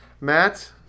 Matt